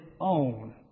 own